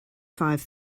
five